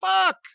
Fuck